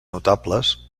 notables